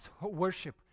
worship